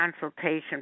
consultation